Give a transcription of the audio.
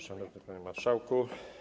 Szanowny Panie Marszałku!